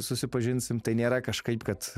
susipažinsim tai nėra kažkaip kad